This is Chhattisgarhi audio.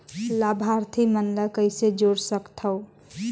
लाभार्थी मन ल कइसे जोड़ सकथव?